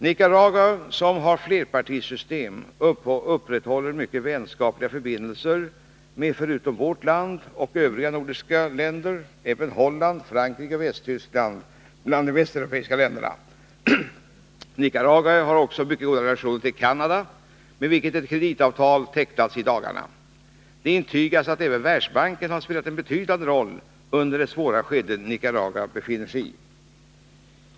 Nicaragua, som har flerpartisystem, upprätthåller mycket vänskapliga förbindelser med, förutom vårt land och övriga nordiska länder, Holland, Frankrike och Västtyskland bland de västeuropeiska länderna. Nicaragua har också mycket goda relationer till Canada, med vilket land ett kreditavtal har tecknats i dagarna. Det intygas att även Världsbanken har spelat en betydande roll under det svåra skede som Nicaragua befinner sig i.